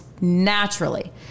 naturally